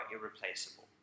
irreplaceable